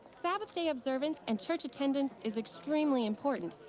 sabbath day observance and church attendance is extremely important,